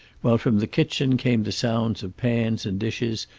while from the kitchen came the sounds of pans and dishes,